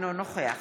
אינו נוכח